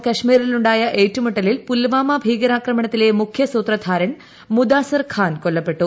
ജമ്മുകാശ്മീരിൽ ഉ ായ ഏറ്റുമുട്ടലിൽ പുൽവാമ ഭീകരാക്രമണത്തിലെ മുഖ്യസൂത്രധാരൻ മുദാസിർ ഖാൻ കൊല്ലപ്പെട്ടു